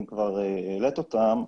אם כבר העלית אותם.